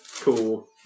Cool